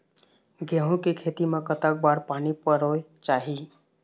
गेहूं के खेती मा कतक बार पानी परोए चाही?